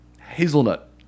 hazelnut